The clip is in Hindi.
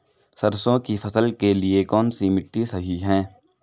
सरसों की फसल के लिए कौनसी मिट्टी सही हैं?